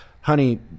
honey